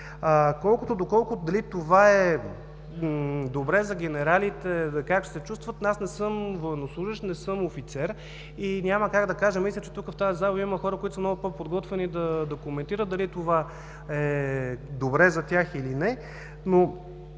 Колкото до това дали това е добре за генералите, как ще се чувстват, не съм военнослужещ, не съм офицер и няма как да кажа. Мисля, че тук в залата има хора, които са много по-подготвени да коментират дали това е добре за тях или не.